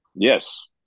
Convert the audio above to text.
Yes